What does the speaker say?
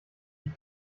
die